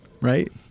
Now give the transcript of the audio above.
right